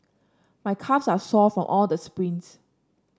my calves are sore from all the sprints